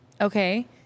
okay